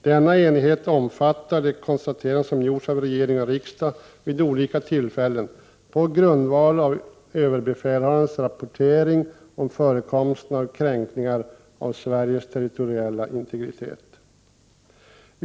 Denna enighet omfattar de konstateranden som gjorts av regering och riksdag vid olika tillfällen på grundval av överbefälhavarens rapportering om förekomsten av kränkningar av Sveriges territoriella integritet.